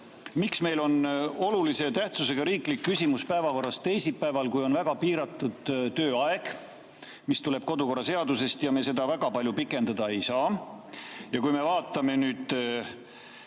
miks meil on olulise tähtsusega riiklik küsimus päevakorras teisipäeval, kui on väga piiratud tööaeg, mis tuleb kodukorraseadusest ja me seda väga palju pikendada ei saa? Ja kui me vaatame